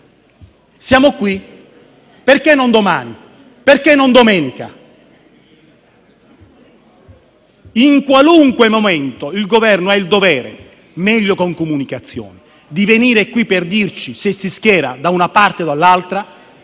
Siamo qui. Perché non domani? Perché non domenica? In qualunque momento il Governo ha il dovere, meglio se con comunicazioni, di venire in questa sede a dirci se si schiera da una parte o dall'altra,